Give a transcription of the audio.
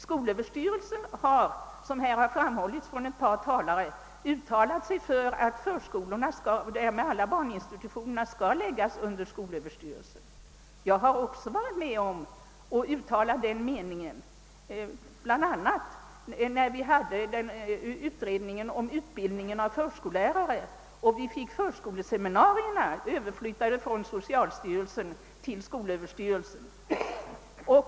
Såsom framhållits av ett par talare har skolöverstyrelsen uttalat sig för att förskolorna och därmed samtliga barninstitutioner skall läggas under skolöverstyrelsen. Jag har också varit med om att uttala den meningen, bl.a. när utredningen om utbildningen av förskollärare pågick. Denna utredning ledde till att förskoleseminarierna flyttades från socialstyrelsen till skolöverstyrelsen.